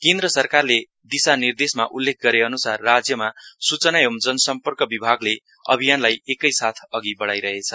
केन्द्र सरकारले दिशानिर्देशमा उल्लेख गरे अनुसार राज्यमा सूचना एवं जन सर्म्पक विभागले अभियानलाई एकैसाथ अधि बढ़ाइरहेछ